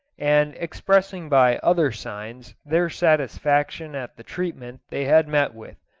and expressing by other signs their satisfaction at the treatment they had met with.